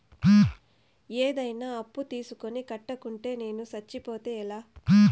ఏదైనా అప్పు తీసుకొని కట్టకుండా నేను సచ్చిపోతే ఎలా